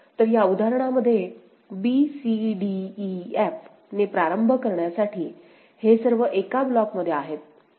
तर या उदाहरणामध्ये b c d e f ने प्रारंभ करण्यासाठी हे सर्व एका ब्लॉकमध्ये आहेत